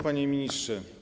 Panie Ministrze!